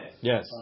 Yes